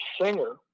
singer